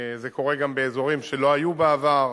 זה קורה גם באזורים שלא היו בהם מסילות בעבר,